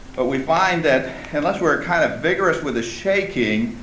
but we find that unless we're kind of vigorous with the shaking